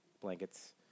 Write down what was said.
blankets